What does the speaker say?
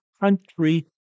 country